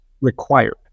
required